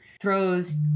throws